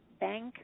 bank